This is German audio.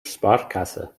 sparkasse